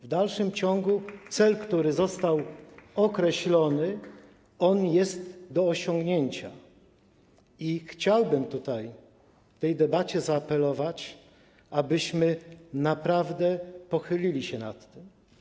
W dalszym ciągu cel, który został określony, jest do osiągnięcia i chciałbym w tej debacie zaapelować, abyśmy naprawdę pochylili się nad tym projektem.